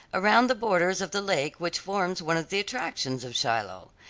around the borders of the lake which forms one of the attractions of shiloh,